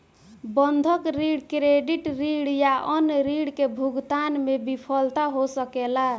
बंधक ऋण, क्रेडिट ऋण या अन्य ऋण के भुगतान में विफलता हो सकेला